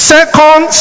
Second